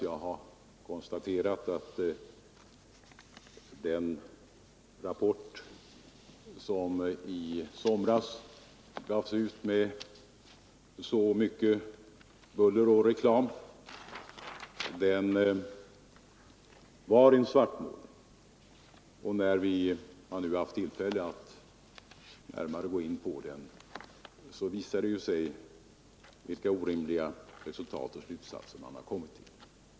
Jag har konstaterat att den rapport som i somras gavs ut med så mycket buller och bång och reklam var en svartmålning. När vi nu har haft tillfälle att närmare gå in på den har det visat sig vilka orimliga resultat och slutsatser man har kommit till.